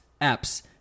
apps